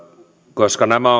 koska nämä